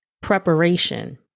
preparation